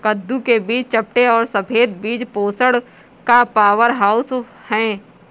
कद्दू के बीज चपटे और सफेद बीज पोषण का पावरहाउस हैं